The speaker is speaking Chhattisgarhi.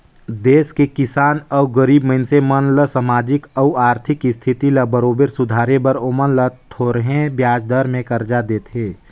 देस के किसान अउ गरीब मइनसे मन ल सामाजिक अउ आरथिक इस्थिति ल बरोबर सुधारे बर ओमन ल थो रहें बियाज दर में करजा देथे